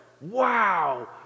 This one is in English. wow